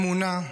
אמונה,